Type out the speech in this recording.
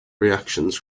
reactions